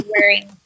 wearing